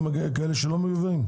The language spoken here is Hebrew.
גם כאלה שלא מיובאים?